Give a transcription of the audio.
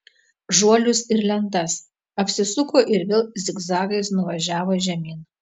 žuolius ir lentas apsisuko ir vėl zigzagais nuvažiavo žemyn